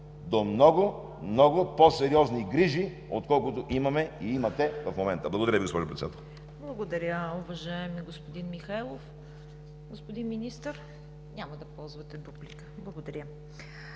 до много, много по-сериозни грижи, отколкото имаме и имате в момента. Благодаря Ви, госпожо Председател. ПРЕДСЕДАТЕЛ ЦВЕТА КАРАЯНЧЕВА: Благодаря, уважаеми господин Михайлов. Господин Министър? Няма да ползвате дуплика. Благодаря.